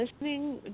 listening